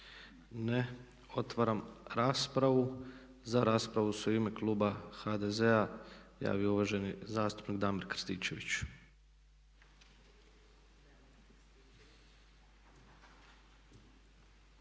Ne. Otvaram raspravu. Za raspravu se u ime kluba HDZ-a javio uvaženi zastupnik Damir Krstičević.